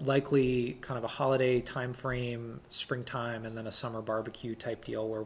likely kind of a holiday time frame spring time and then a summer barbecue type deal where